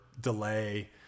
delay